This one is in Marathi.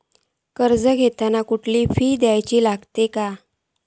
कर्ज घेताना कसले फी दिऊचे लागतत काय?